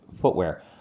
footwear